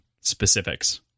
specifics